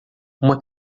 uma